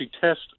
test